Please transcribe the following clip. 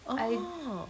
orh